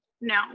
No